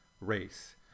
race